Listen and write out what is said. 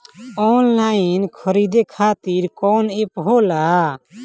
Online खरीदे खातीर कौन एप होला?